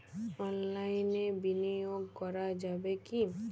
অনলাইনে বিনিয়োগ করা যাবে কি?